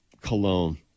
cologne